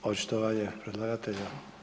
Očitovanje predlagatelja.